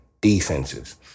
defenses